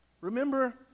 Remember